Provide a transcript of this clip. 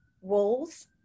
walls